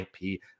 IP